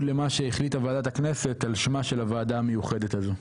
למה שהחליטה ועדת הכנסת על שמה של הוועדה המיוחדת הזו.